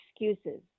excuses